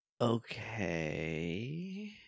Okay